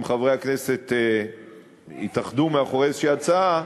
אם חברי הכנסת יתאחדו מאחורי איזו הצעה,